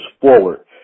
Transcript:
forward